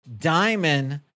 Diamond